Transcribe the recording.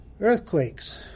earthquakes